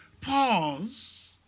pause